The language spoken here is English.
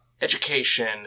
education